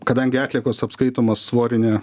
kadangi atliekos apskaitomos svorine